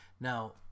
now